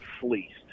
fleeced